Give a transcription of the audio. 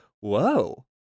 whoa